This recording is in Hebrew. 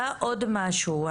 היה עוד משהו.